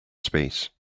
space